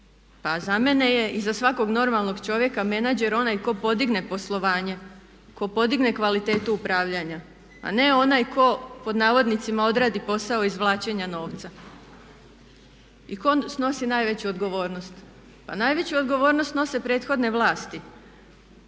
Pa za mene je i za svakog normalnog čovjeka menadžer onaj tko podigne poslovanje, tko podigne kvalitetu upravljanja, a ne onaj tko pod navodnicima odradi posao izvlačenja novca. I tko snosi najveću odgovornost? Pa najveću odgovornost snose prethodne vlasti.